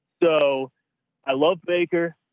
so i love baker.